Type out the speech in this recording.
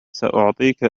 سأعطيك